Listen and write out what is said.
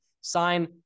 Sign